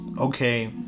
okay